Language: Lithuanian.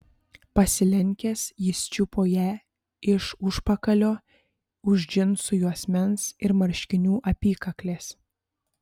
pasilenkęs jis čiupo ją iš užpakalio už džinsų juosmens ir marškinių apykaklės